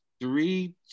Three